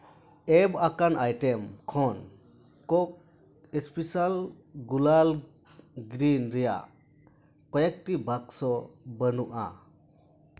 ᱮᱢ ᱟᱠᱟᱱ ᱟᱭᱴᱮᱢ ᱠᱷᱚᱱ ᱠᱩᱠ ᱥᱯᱮᱥᱟᱞ ᱜᱩᱞᱟᱞ ᱜᱨᱤᱱ ᱨᱮᱭᱟᱜ ᱠᱚᱭᱮᱠᱴᱤ ᱵᱟᱠᱥᱚ ᱵᱟᱹᱱᱩᱜᱼᱟ